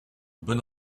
bonne